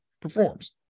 performs